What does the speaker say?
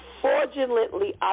fraudulently